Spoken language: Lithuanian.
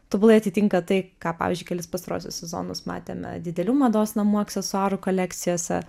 tobulai atitinka tai ką pavyzdžiui kelis pastaruosius sezonus matėme didelių mados namų aksesuarų kolekcijose